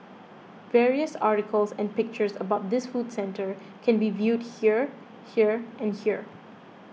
various articles and pictures about this food centre can be viewed here here and here